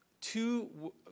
two